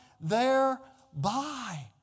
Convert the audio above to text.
thereby